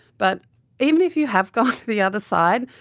but even if you have gone to the other side,